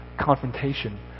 confrontation